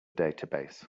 database